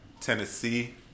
Tennessee